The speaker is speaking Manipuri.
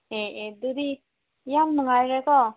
ꯑꯦ ꯑꯦ ꯑꯗꯨꯗꯤ ꯌꯥꯝ ꯅꯨꯡꯉꯥꯏꯔꯦꯀꯣ